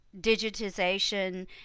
digitization